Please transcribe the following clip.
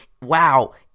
Wow